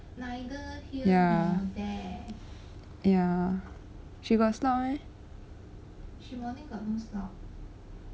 ya ya she got slot meh